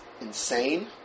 Insane